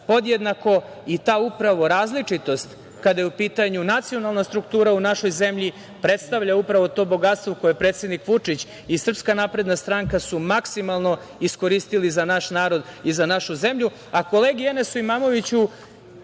podjednako i upravo ta različitost kada je u pitanju nacionalna struktura u našoj zemlji predstavlja upravo to bogatstvo koje su predsednik Vučić i SNS maksimalno iskoristili za naš narod i za našu zemlju. Kolegi